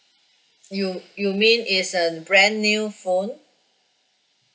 you you means is a brand new phone